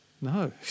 No